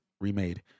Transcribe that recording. remade